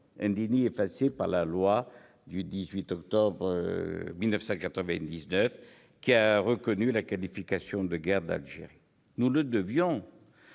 a été effacé par la loi du 18 octobre 1999, qui a reconnu la qualification de guerre d'Algérie. Nous le devions